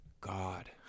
God